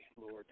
Lord